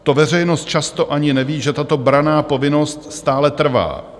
To veřejnost často ani neví, že tato branná povinnost stále trvá.